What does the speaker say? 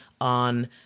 on